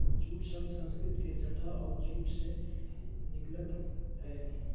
jute शब्द संस्कृत के जटा और जूट से निकल लय हें